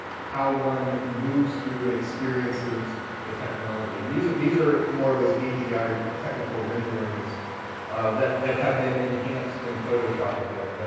how one moves through and experiences the technology. and these these are more of those agi technical renderings that that have been enhanced in photoshop a bit. but